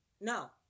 No